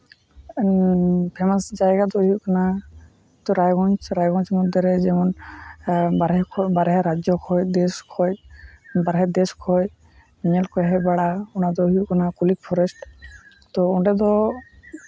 famous ᱡᱟᱭᱜᱟ ᱫᱚ ᱦᱩᱭᱩᱜ ᱠᱟᱱᱟ ᱨᱟᱭᱜᱚᱸᱡᱽ ᱨᱟᱭᱜᱚᱸᱡᱽ ᱢᱚᱫᱽᱫᱷᱮ ᱨᱮ ᱡᱮᱢᱚᱱ ᱵᱟᱦᱨᱮ ᱠᱷᱚᱡ ᱵᱟᱦᱨᱮ ᱨᱟᱡᱡᱚ ᱠᱷᱚᱡ ᱫᱮᱥ ᱠᱷᱚᱡ ᱵᱟᱦᱨᱮ ᱫᱮᱥ ᱠᱷᱚᱡ ᱧᱮᱠ ᱠᱚ ᱦᱮᱡ ᱵᱟᱲᱟᱜᱼᱟ ᱚᱱᱟ ᱫᱚ ᱦᱩᱭᱩᱜ ᱠᱟ ᱱᱟ ᱠᱚᱞᱤᱠ ᱯᱷᱚᱨᱮᱥᱴ ᱛᱳ ᱚᱸᱰᱮ ᱫᱚ